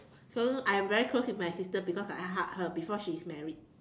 so I'm very close with my sister because I hug her before she's married